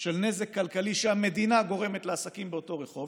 של נזק כלכלי שהמדינה גורמת לעסקים באותו רחוב.